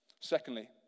secondly